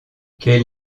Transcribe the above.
quelle